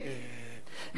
גם לפריפריה,